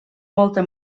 molta